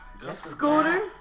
scooter